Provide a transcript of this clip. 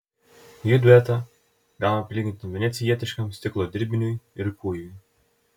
jų duetą galima prilyginti venecijietiškam stiklo dirbiniui ir kūjui